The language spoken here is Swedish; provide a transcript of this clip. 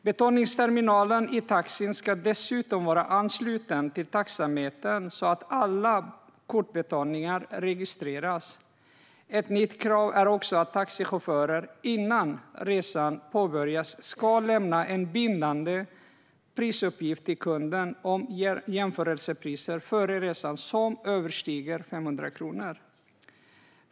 Betalningsterminalen i taxin ska dessutom vara ansluten till taxametern så att alla kortbetalningar registreras. Ett nytt krav är också att taxichaufförer innan resan påbörjas ska lämna en bindande prisuppgift till kunden om jämförelsepriset före resan överstiger 500 kronor.